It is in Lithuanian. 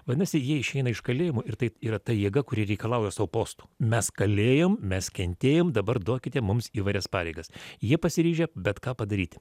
vadinasi jie išeina iš kalėjimo ir tai yra ta jėga kuri reikalauja sau postų mes kalėjom mes kentėjom dabar duokite mums įvairias pareigas jie pasiryžę bet ką padaryti